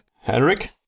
Henrik